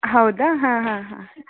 ಹೌದಾ ಹಾಂ ಹಾಂ ಹಾಂ